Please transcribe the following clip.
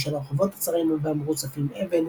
בשל הרחובות הצרים והמרוצפים אבן,